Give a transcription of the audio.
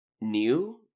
new